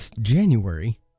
January